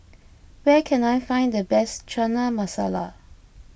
where can I find the best Chana Masala